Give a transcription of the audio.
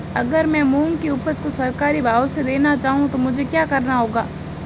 अगर मैं मूंग की उपज को सरकारी भाव से देना चाहूँ तो मुझे क्या करना होगा?